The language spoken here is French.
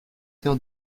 sœur